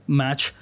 match